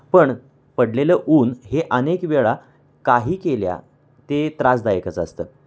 पण पडलेलं ऊन हे अनेक वेळा काही केल्या ते त्रासदायकच असतं